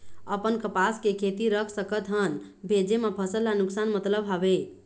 अपन कपास के खेती रख सकत हन भेजे मा फसल ला नुकसान मतलब हावे?